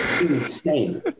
Insane